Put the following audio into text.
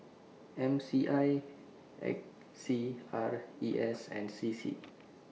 M C I A C R E S and C C